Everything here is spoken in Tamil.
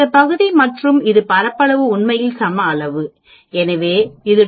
இந்த பகுதி மற்றும் இது பரப்பளவு உண்மையில் சம அளவு எனவே இது 2